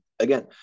again